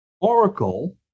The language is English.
Oracle